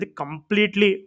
completely